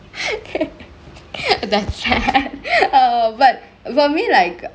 that's sad err but I mean like